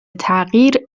تغییر